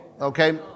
okay